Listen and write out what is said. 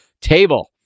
table